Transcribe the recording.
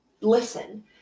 listen